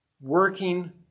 working